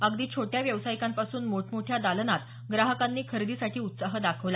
अगदी छोट्या व्यवसायिकांपासून मोठमोठ्या दालनात ग्राहकांनी खरेदीसाठी उत्साह दाखवला